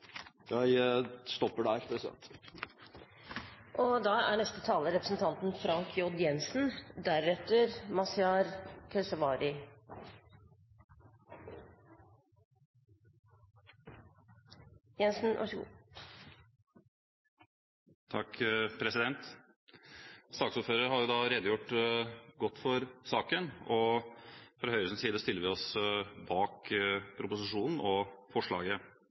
Jeg stopper der. Saksordføreren har redegjort godt for saken, og fra Høyres side stiller vi oss bak proposisjonen og forslaget.